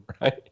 right